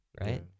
Right